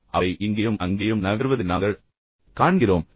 எனவே அவை இங்கேயும் அங்கேயும் நகர்வதை நாங்கள் காண்கிறோம்